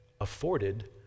afforded